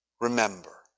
remember